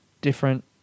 different